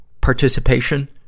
participation